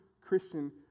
Christian